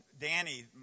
Danny